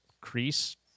crease